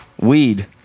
weed